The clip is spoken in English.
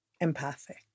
empathic